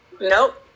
Nope